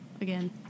again